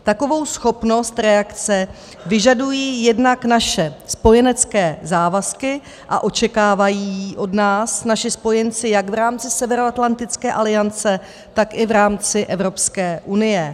Takovou schopnost reakce vyžadují jednak naše spojenecké závazky, a očekávají ji od nás naši spojenci jak v rámci Severoatlantické aliance, tak i v rámci Evropské unie.